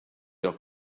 leurs